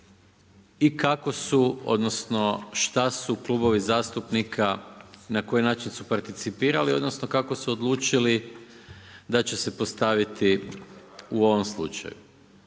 i kako su odnosno šta su klubovi zastupnika i na koji način su participirali odnosno kako su odlučili da će se postaviti u ovom slučaju.